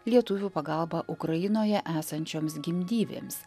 lietuvių pagalba ukrainoje esančioms gimdyvėms